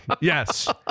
Yes